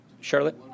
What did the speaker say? Charlotte